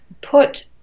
put